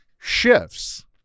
shifts